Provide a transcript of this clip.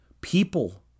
People